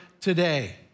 today